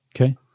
Okay